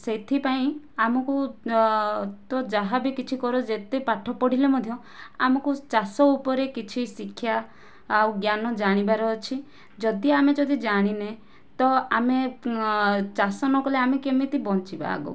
ସେଇଥିପାଇଁ ଆମକୁ ତ ଯାହା ବି କିଛି କର ଯେତେ ପାଠ ପଢ଼ିଲେ ମଧ୍ୟ ଆମକୁ ଚାଷ ଉପରେ କିଛି ଶିକ୍ଷା ଆଉ ଜ୍ଞାନ ଜାଣିବାର ଅଛି ଯଦି ଆମେ ଯଦି ଜାଣିନେ ତ ଆମେ ଚାଷ ନ କଲେ ଆମେ କେମିତି ବଞ୍ଚିବା ଆଗକୁ